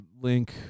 link